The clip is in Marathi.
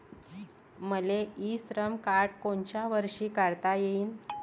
मले इ श्रम कार्ड कोनच्या वर्षी काढता येईन?